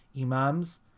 imams